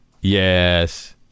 Yes